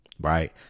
right